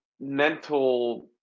mental